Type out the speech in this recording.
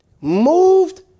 moved